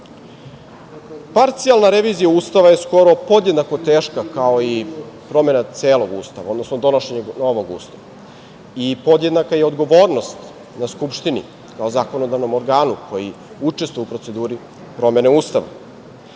23.Parcijalna revizija Ustava je skoro podjednako teška, kao i promena celog Ustava, odnosno donošenje novog Ustava i podjednaka je odgovornost na Skupštini, kao zakonodavnom organu koji učestvuje u proceduri promene